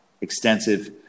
extensive